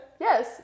Yes